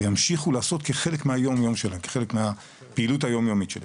ימשיכו לעשות כחלק מהפעילות היום יומית שלהם.